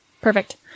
perfect